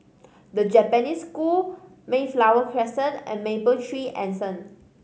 The Japanese School Mayflower Crescent and Mapletree Anson